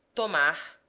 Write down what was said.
tomar,